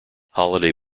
holiday